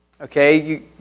Okay